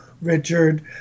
Richard